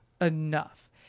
enough